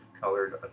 colored